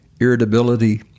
irritability